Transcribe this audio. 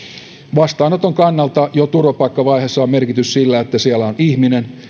vastaanoton kannalta jo turvapaikkavaiheessa on merkitystä sillä että siellä on ihminen